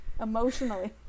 emotionally